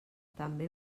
també